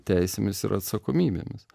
teisėmis ir atsakomybėmis